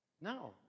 No